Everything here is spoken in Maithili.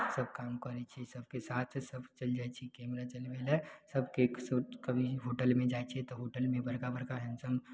सब काम करय छियै सबके साथ सब चलि जाइ छी बनबय तनबय लए सब केक कभी होटलमे जाइ छियै तऽ होटलमे बड़का बड़का हैण्सडम